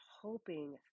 hoping